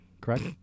Correct